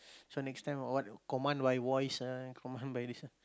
so next time all what command by voice ah command by this one